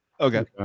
Okay